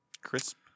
Crisp